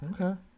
okay